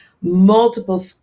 multiple